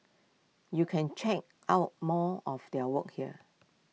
you can check out more of their work here